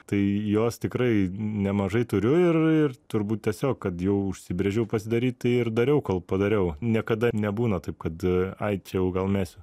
tai jos tikrai nemažai turiu ir ir turbūt tiesiog kad jau užsibrėžiau pasidaryt tai ir dariau kol padariau niekada nebūna taip kad ai čia jau gal mesiu